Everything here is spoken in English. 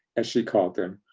as she called them,